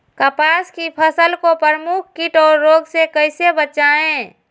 कपास की फसल को प्रमुख कीट और रोग से कैसे बचाएं?